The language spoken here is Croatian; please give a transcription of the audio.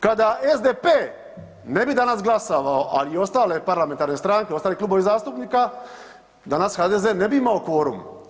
Kada SDP ne bi danas glasovao, a i ostale parlamentarne stranke, ostali klubovi zastupnika, danas HDZ ne bi imao kvorum.